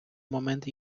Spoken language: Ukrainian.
момент